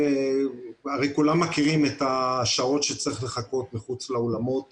הרי כולם מכירים את השעות שצריך לחכות מחוץ לאולמות